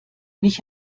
mich